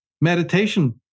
meditation